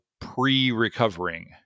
pre-recovering